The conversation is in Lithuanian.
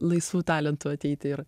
laisvu talentu ateiti ir